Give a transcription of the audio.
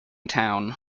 town